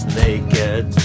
naked